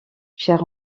cher